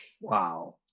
Wow